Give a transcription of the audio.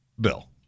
Bill